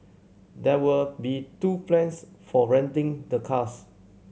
there will be two plans for renting the cars